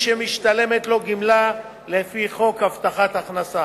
שמשתלמת לו גמלה לפי חוק הבטחת הכנסה,